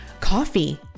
coffee